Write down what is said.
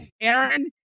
Aaron